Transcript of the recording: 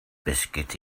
biscuit